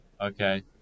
Okay